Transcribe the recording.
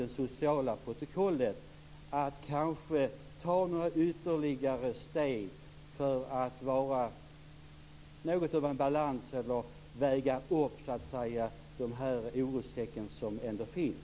Men för vår del är det viktigt att varje land har en egen kommissionär. Det ligger i botten.